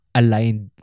aligned